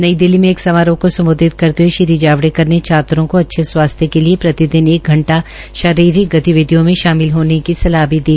नई दिल्ली में एक समारोह को सम्बोधित करते हये श्री जावड़ेकर ने छात्रों को अच्छे स्वास्थ्य के लिये प्रतिदिन एक घंटा शारीरिक गतिविधियों में शामिल होने की सलाह भी दी